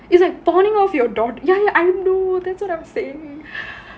is like pawning of your daughter ya ya I know that's what I'm saying